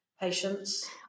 patients